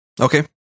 Okay